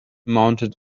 mounted